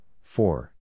four